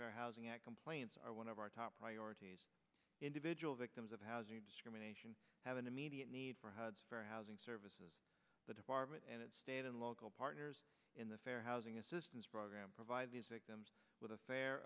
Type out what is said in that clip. fair housing act complaints are one of our top priorities individual victims of housing discrimination have an immediate need for hud for housing services the department and its state and local partners in the fair housing assistance program provide these victims with a fair